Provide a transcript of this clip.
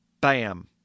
Bam